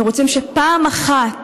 אנחנו רוצים שפעם אחת